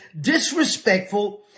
disrespectful